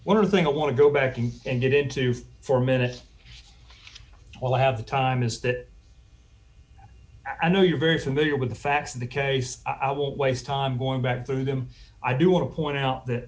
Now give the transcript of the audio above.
one of the thing i want to go back and get into for a minute while i have the time is that i know you're very familiar with the facts of the case i won't waste time going back through them i do want to point out that